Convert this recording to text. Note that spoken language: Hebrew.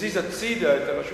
מזיז הצדה את הרשות